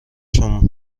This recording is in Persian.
شون